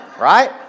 Right